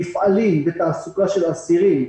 מפעלים ותעסוקה של אסירים,